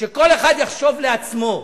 שכל אחד יחשוב לעצמו,